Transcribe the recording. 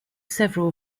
several